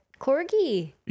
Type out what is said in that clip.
corgi